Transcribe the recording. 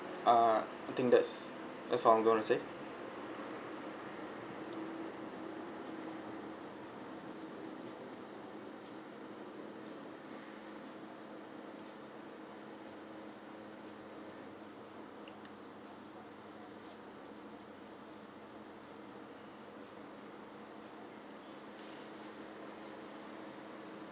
uh I think that's that's all I'm going to say